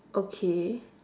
okay